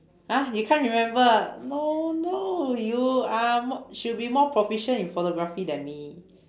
!huh! you can't remember ah no no you are mo~ should be more proficient in photography than me